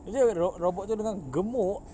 actually when the ro~ robot tu dengar gemuk